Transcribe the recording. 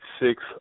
six